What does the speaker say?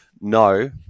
no